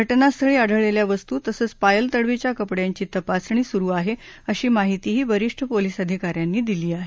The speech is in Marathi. घटनास्थळी आढळलेल्या वस्तू तसंच पायल तडवीच्या कपड्यांची तपासणी सुरु आहे अशी माहितीही वरिष्ठ पोलीस अधिकाऱ्यांनी दिली आहे